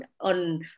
on